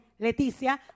Leticia